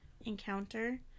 encounter